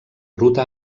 ruta